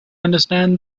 understand